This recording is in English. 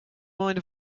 mind